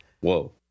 Whoa